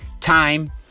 time